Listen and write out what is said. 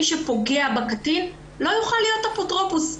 מי שפוגע בקטין לא יוכל להיות אפוטרופוס שלו.